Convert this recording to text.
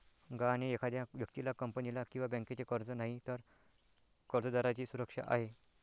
गहाण हे एखाद्या व्यक्तीला, कंपनीला किंवा बँकेचे कर्ज नाही, तर कर्जदाराची सुरक्षा आहे